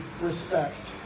respect